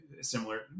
similar